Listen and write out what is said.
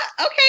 okay